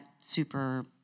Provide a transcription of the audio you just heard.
super